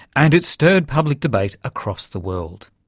and it stirred public debate across the world.